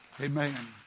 Amen